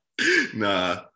Nah